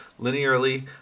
linearly